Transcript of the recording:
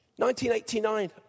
1989